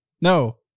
No